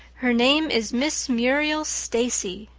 her name is miss muriel stacy.